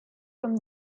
from